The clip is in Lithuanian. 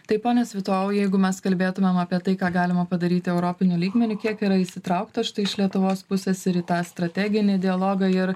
tai pone svitojau jeigu mes kalbėtumėm apie tai ką galima padaryti europiniu lygmeniu kiek yra įsitraukta štai iš lietuvos pusės ir į tą strateginį dialogą ir